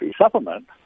supplement